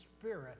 Spirit